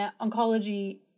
Oncology